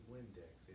Windex